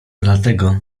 dlatego